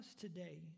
today